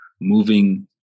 moving